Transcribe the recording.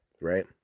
right